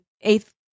eighth